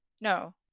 no